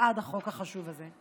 בעד החוק החשוב הזה.